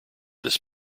this